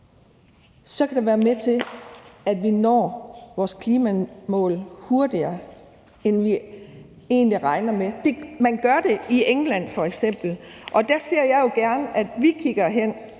kan det være med til, at vi når vores klimamål hurtigere, end vi egentlig regner med. Man gør det f.eks. i England. Der ser jeg jo gerne at vi kigger hen,